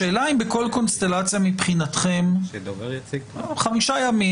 השאלה אם בכל קונסטלציה אתם יכולים לעמוד בטווח של חמישה ימים.